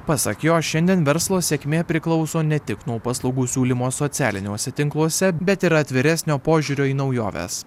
pasak jo šiandien verslo sėkmė priklauso ne tik nuo paslaugų siūlymo socialiniuose tinkluose bet ir atviresnio požiūrio į naujoves